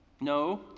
No